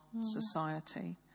society